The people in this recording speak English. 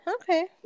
okay